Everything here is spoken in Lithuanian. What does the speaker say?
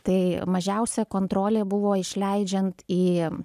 tai mažiausia kontrolė buvo išleidžiant į